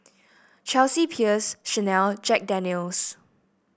Chelsea Peers Chanel Jack Daniel's